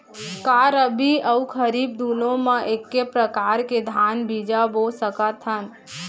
का रबि अऊ खरीफ दूनो मा एक्के प्रकार के धान बीजा बो सकत हन?